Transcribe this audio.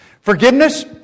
Forgiveness